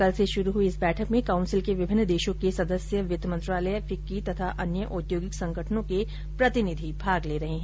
कल से शुरू हुई इस बैठक में काउंसिल के विभिन्न देशों के सदस्य वित्त मंत्रालय फिक्की तथा अन्य औद्योगिक संगठनों के प्रतिनिधि भाग ले रहे हैं